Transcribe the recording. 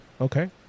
Okay